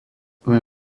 len